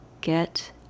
Get